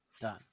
Done